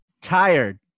Tired